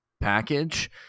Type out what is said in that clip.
package